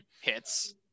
hits